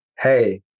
Hey